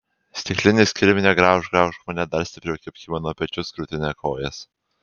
stiklinis kirmine graužk graužk mane dar stipriau kibk į mano pečius krūtinę kojas